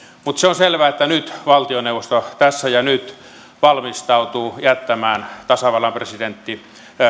mutta se on selvä että nyt valtioneuvosto tässä ja nyt valmistautuu jättämään tasavallan presidentti